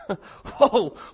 whoa